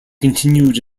continued